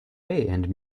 and